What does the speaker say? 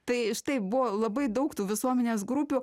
tai štai buvo labai daug tų visuomenės grupių